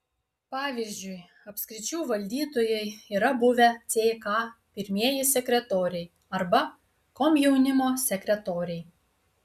pavyzdžiui apskričių valdytojai yra buvę ck pirmieji sekretoriai arba komjaunimo sekretoriai